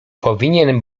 powinien